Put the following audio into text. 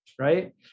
right